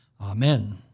Amen